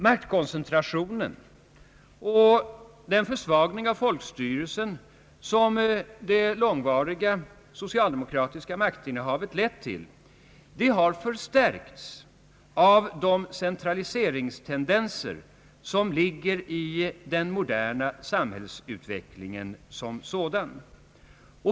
Maktkoncentrationen och den försvagning av folkstyrelsen, som det långvariga socialdemokratiska maktinnehavet lett till, har förstärkts av de centraliseringstendenser som ligger i den moderna samhällsutvecklingen.